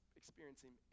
experiencing